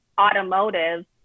automotive